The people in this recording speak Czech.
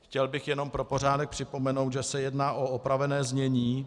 Chtěl bych jenom pro pořádek připomenout, že se jedná o opravené znění.